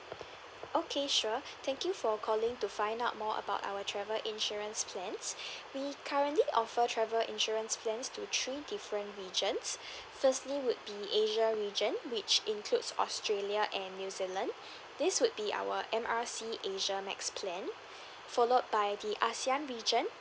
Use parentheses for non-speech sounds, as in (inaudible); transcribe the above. okay sure thank you for calling to find out more about our travel insurance plans (breath) we currently offer travel insurance plans to three different regions firstly would be asia region which includes australia and new zealand this would be our M R C asia max plan followed by the ASEAN region